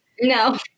No